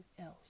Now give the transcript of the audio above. else